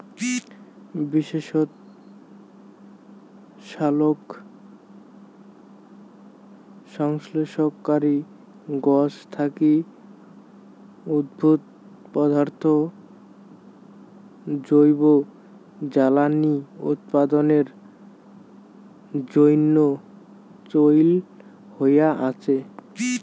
বিশেষত সালোকসংশ্লেষণকারী গছ থাকি উদ্ভুত পদার্থ জৈব জ্বালানী উৎপাদনের জইন্যে চইল হয়া আচে